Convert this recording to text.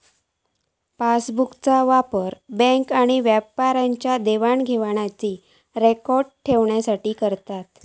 पासबुकचो वापर बॅन्क आणि व्यापाऱ्यांच्या देवाण घेवाणीचो रेकॉर्ड ठेऊक करतत